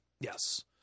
Yes